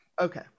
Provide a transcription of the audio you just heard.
Okay